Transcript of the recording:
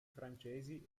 francesi